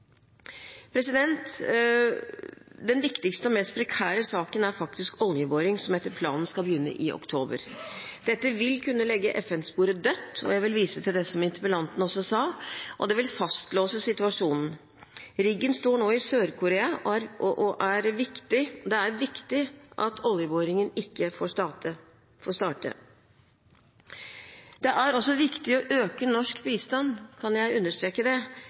Den viktigste og mest prekære saken er oljeboring, som etter planen skal begynne i oktober. Dette vil kunne legge FN-sporet dødt – jeg vil vise til det som interpellanten sa – og vil fastlåse situasjonen. Riggen står nå i Sør-Korea. Det er viktig at oljeboringen ikke får begynne. Det er også viktig å øke norsk bistand – om jeg kan understreke det